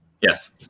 Yes